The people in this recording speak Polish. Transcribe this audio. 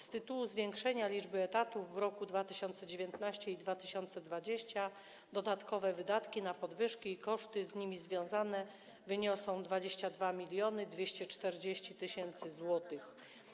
Z tytułu zwiększenia liczby etatów w roku 2019 i roku 2020 dodatkowe wydatki na podwyżki i koszty z nimi związane wyniosą 22 240 tys. zł.